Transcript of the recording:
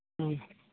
ꯑꯥ